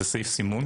זה סעיף סימון?